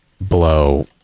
blow